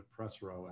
PRESSROW